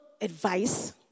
advice